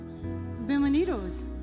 Bienvenidos